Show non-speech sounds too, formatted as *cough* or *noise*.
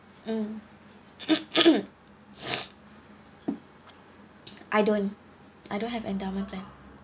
mm *coughs* I don't I don't have endowment plan